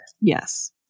Yes